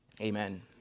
Amen